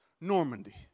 Normandy